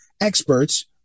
experts